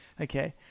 Okay